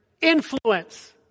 influence